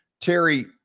Terry